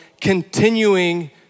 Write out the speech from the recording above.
continuing